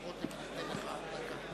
לא שומעים.